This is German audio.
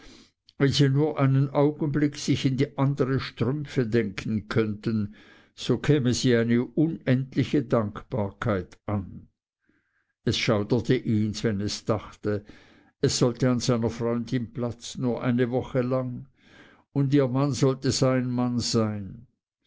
wenn sie nur einen augenblick sich in andere strümpfe denken könnten so käme sie eine unendliche dankbarkeit an es schauderte ihns wenn es dachte es sollte an seiner freundin platz nur eine woche lang und ihr mann sollte sein mann sein